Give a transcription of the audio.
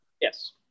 Yes